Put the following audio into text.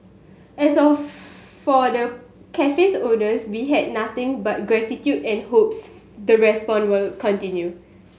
as of for the cafe's owners be had nothing but gratitude and hopes the response will continue